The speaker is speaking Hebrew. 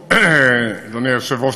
אדוני היושב-ראש,